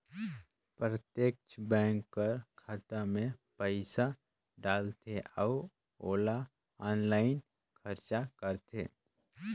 प्रत्यक्छ बेंक कर खाता में पइसा डालथे अउ ओला आनलाईन खरचा करथे